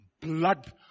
blood